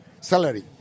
salary